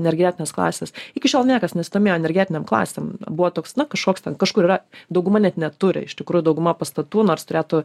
energetinės klasės iki šiol niekas nesidomėjo energetinėm klasėm buvo toks na kažkoks ten kažkur yra dauguma net neturi iš tikrųjų dauguma pastatų nors turėtų